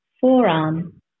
forearm